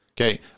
Okay